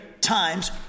times